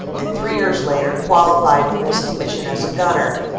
and three years later qualified for his commission as a gunner,